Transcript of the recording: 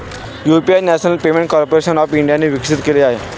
UPI national payment corporation of इंडियाने विकसित केले आहे